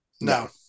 no